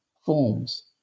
forms